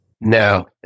No